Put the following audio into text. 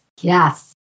Yes